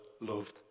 loved